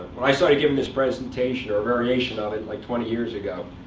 when i started giving this presentation, or a variation of it, like twenty years ago,